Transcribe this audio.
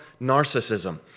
Narcissism